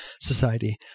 society